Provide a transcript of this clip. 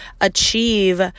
achieve